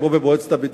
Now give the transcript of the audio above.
כמו במועצת הביטחון,